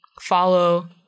follow